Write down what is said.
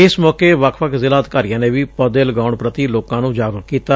ਇਸ ਮੌਕੇ ਵੱਖ ਵੱਖ ਜਿਲ੍ਹਾ ਅਧਿਕਾਰੀਆਂ ਨੇ ਵੀ ਪੌਦੇ ਲਗਾਉਂਣ ਪ੍ਰਤੀ ਲੋਕਾਂ ਨੂੰ ਜਾਗਰੂਕ ਕੀਤਾ